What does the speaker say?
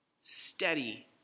steady